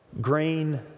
Grain